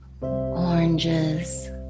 oranges